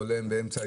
בולם באמצע,